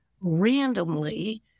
randomly